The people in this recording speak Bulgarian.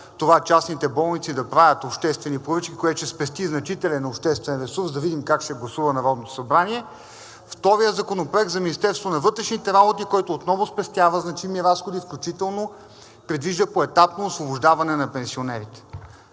това частните болници да правят обществени поръчки, което ще спести значителен обществен ресурс. Да видим как ще гласува Народното събрание. Вторият законопроект е за Министерството на вътрешните работи, който отново спестява значими разходи, включително предвижда поетапно освобождаване на пенсионерите.